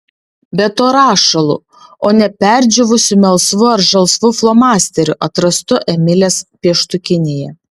be to rašalu o ne perdžiūvusiu melsvu ar žalsvu flomasteriu atrastu emilės pieštukinėje